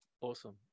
Awesome